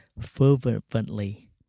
fervently